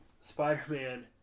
Spider-Man